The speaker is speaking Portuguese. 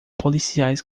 policiais